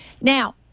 Now